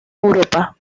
europa